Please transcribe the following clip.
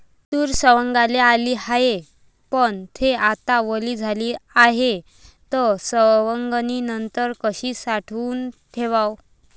तूर सवंगाले आली हाये, पन थे आता वली झाली हाये, त सवंगनीनंतर कशी साठवून ठेवाव?